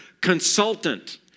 consultant